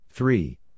Three